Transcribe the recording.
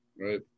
Right